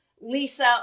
Lisa